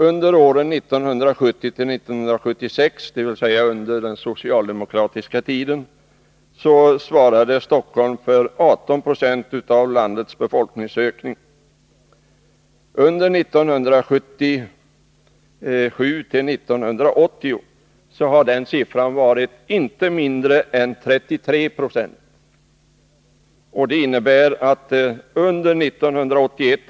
Under åren 1970-1976, dvs. under den socialdemokratiska tiden, svarade Stockholm för 18 96 av landets befolkningsökning. Under tiden 1977-1980 har motsvarande siffra varit inte mindre än 33 90.